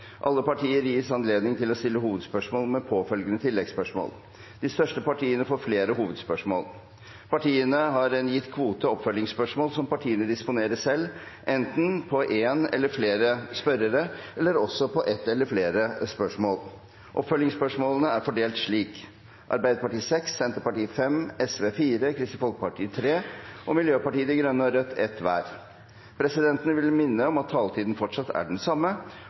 Alle partier gis anledning til å stille hovedspørsmål med påfølgende oppfølgingsspørsmål. De største partiene får flere hovedspørsmål. Partiene har en gitt kvote oppfølgingsspørsmål som partiene disponerer selv – enten på én eller flere spørrere eller også på ett eller flere spørsmål. Oppfølgingsspørsmålene fordeles slik: Arbeiderpartiet seks spørsmål, Senterpartiet fem spørsmål, Sosialistisk Venstreparti fire spørsmål, Kristelig Folkeparti tre spørsmål, Miljøpartiet De Grønne ett spørsmål og Rødt ett spørsmål. Presidenten vil minne om at taletiden fortsatt er den samme